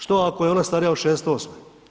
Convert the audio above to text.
Što ako je ona starija od 68.